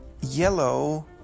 yellow